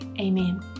amen